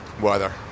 Weather